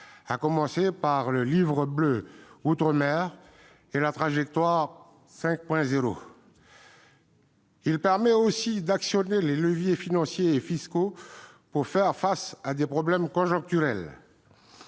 à commencer par le Livre bleu des outre-mer et la Trajectoire 5.0. Il permet aussi d'actionner les leviers financiers et fiscaux pour faire face à des problèmes conjoncturels.